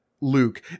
Luke